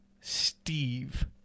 Steve